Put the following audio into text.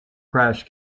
crash